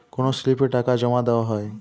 কোন স্লিপে টাকা জমাদেওয়া হয়?